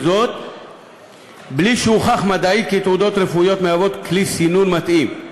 וזאת בלי שהוכח מדעית כי תעודות רפואיות מהוות כלי סינון מתאים.